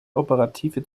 operative